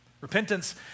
Repentance